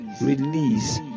release